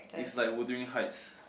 it's like Wuthering Heights